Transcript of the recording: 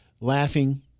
laughing